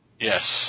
Yes